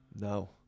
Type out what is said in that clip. No